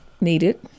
needed